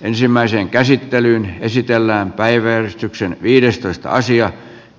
ensimmäiseen käsittelyyn esitellään päiväjärjestyksen viidestoista asian